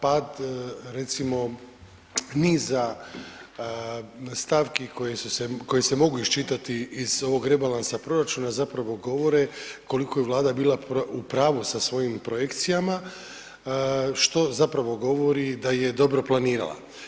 Pad recimo niza stavki koje su se, koje se mogu iščitati iz ovog rebalansa proračuna zapravo govore koliko je Vlada bila u pravu sa svojim projekcijama što zapravo govori da ih je dobro planirala.